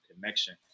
connection